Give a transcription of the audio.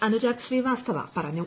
അനുരാഗ് ശ്രീവാസ്തവ പറഞ്ഞു